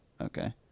Okay